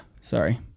sorry